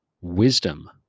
wisdom